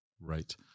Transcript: Right